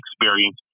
experience